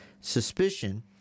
Suspicion